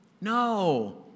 No